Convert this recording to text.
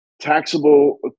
taxable